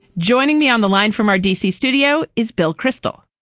joining me on the line from our d c. studio is bill kristol.